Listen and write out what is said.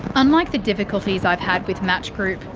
unlike the difficulties i've had with match group,